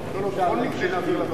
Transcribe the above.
בכל מקרה נעביר לוועדה.